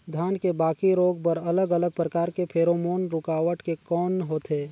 धान के बाकी रोग बर अलग अलग प्रकार के फेरोमोन रूकावट के कौन होथे?